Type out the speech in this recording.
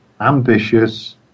ambitious